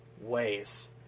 ways